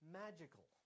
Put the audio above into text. magical